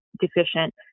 deficient